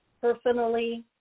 personally